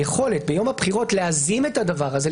היכולת ביום הבחירות להזים את הדבר הזה,